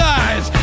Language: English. eyes